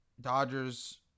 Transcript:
Dodgers